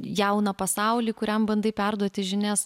jauną pasaulį kuriam bandai perduoti žinias